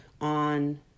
on